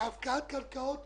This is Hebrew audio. הכי הרבה הפקעת קרקעות